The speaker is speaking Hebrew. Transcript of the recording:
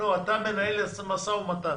אתה מנהל משא ומתן,